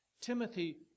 Timothy